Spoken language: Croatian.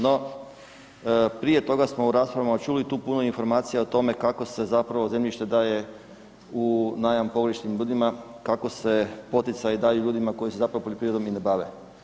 No, prije toga smo u raspravama čuli tu puno informacija o tome kako se zapravo zemljište daje u najam povlaštenim ljudima, kako se poticaji daju ljudima koji se zapravo poljoprivredom i ne bave.